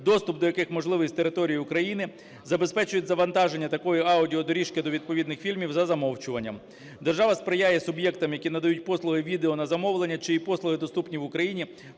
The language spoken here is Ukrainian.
доступ до яких можливий з території України забезпечують завантаження такої аудіодоріжки до відповідних фільмів за замовчуванням. Держава сприяє суб'єктам, які надають послуги "відео на замовлення", чиї послуги доступні в Україні,